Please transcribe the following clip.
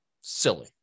Silly